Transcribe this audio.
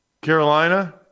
Carolina